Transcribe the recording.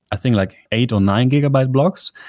i think, like eight or nine gigabyte blocks,